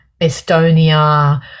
Estonia